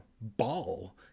ball